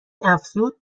افزود